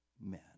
men